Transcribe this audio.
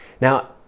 Now